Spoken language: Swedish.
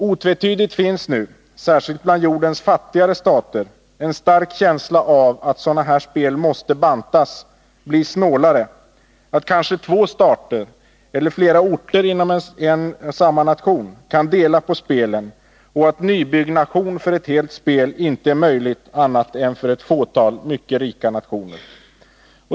Otvetydigt finns nu, särskilt bland jordens fattigare stater, en stark känsla av att sådana här spel måste bantas, bli snålare, att kanske två stater eller två orter inom samma nation kan dela på spelen och att nybyggnation för ett helt spel inte är möjlig annat än för ett fåtal mycket rika nationer.